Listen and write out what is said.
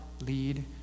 lead